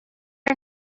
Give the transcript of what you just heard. are